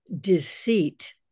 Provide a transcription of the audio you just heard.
deceit